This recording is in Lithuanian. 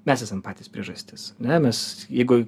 mes esam patys priežastis ne mes jeigu